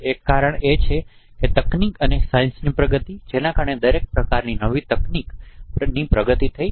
એક કારણ એ છે તકનીકી અને સાઇન્સ ની પ્રગતિ જેના કારણે દરેક પ્રકારની નવી તકનીકી પ્રગતિ થઈ